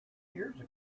years